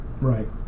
right